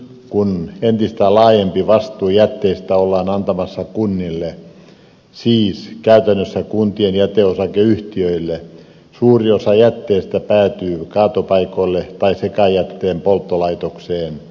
nyt kun entistä laajempi vastuu jätteistä ollaan antamassa kunnille siis käytännössä kuntien jäteosakeyhtiöille suuri osa jätteestä päätyy kaatopaikoille tai sekajätteen polttolaitokseen